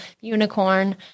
unicorn